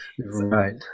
Right